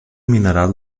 mineral